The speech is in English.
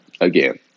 Again